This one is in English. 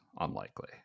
unlikely